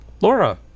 Laura